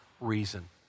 reason